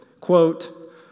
quote